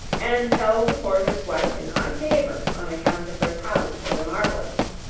and held the porter's wife in high favour on account of her talent for the marvellous.